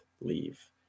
leave